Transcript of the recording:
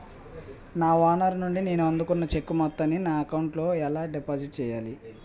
నా ఓనర్ నుండి నేను అందుకున్న చెక్కు మొత్తాన్ని నా అకౌంట్ లోఎలా డిపాజిట్ చేయాలి?